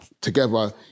Together